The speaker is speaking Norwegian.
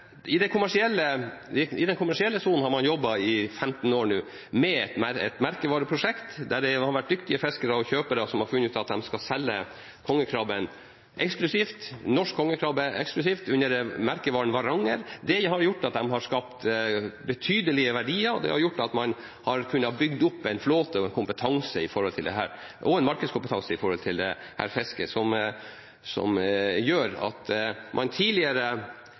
I den kommersielle sonen har man jobbet i 15 år med et merkevareprosjekt der det har vært dyktige fiskere og kjøpere som har funnet ut at de skal selge kongekrabben – norsk kongekrabbe – eksklusivt, under merkevaren Varanger. Det har gjort at de har skapt betydelige verdier, og det har gjort at man har kunnet bygge opp en flåte med markedskompetanse når det gjelder dette fisket. Tidligere fisket man krabbe, fryste den og solgte «cluster», altså klør. Nå har man kommet så langt at man